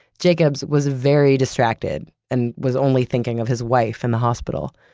jacobs was very distracted and was only thinking of his wife in the hospital.